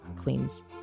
Queen's